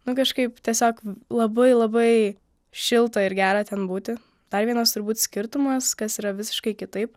nu kažkaip tiesiog labai labai šilta ir gera ten būti dar vienas turbūt skirtumas kas yra visiškai kitaip